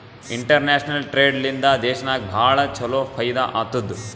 international trade ಲಿಂದಾ ದೇಶನಾಗ್ ಭಾಳ ಛಲೋ ಫೈದಾ ಆತ್ತುದ್